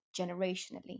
generationally